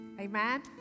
Amen